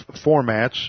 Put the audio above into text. formats